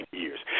years